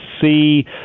see